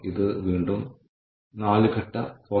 അല്ലെങ്കിൽ leave maintenance